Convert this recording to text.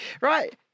Right